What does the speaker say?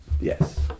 Yes